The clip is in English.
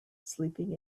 sleeping